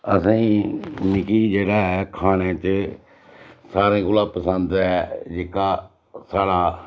असेंई मिगी जेह्ड़ा ऐ खाने च सारे कोला पसंद ऐ जेह्का साढ़ा